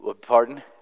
Pardon